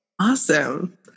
Awesome